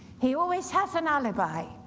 he always has an alibi,